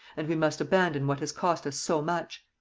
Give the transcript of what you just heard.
and we must abandon what has cost us so much.